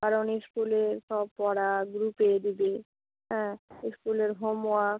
কারণ ইস্কুলে সব পড়া গ্রুপে দেবে হ্যাঁ ইস্কুলের হোমওয়ার্ক